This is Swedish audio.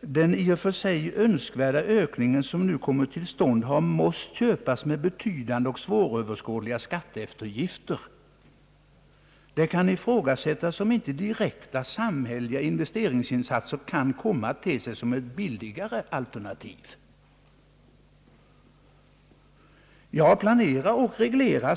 »Den i och för sig önskvärda ökningen som nu kommer till stånd har måst köpas med betydande och svåröverskådliga skatteeftergifter. Det kan ifrågasättas om inte direkta samhälleliga investeringsinsatser kan komma att te sig som ett billigare alternativ.» Ja, planera och reglera!